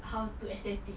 how to aesthetic